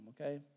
okay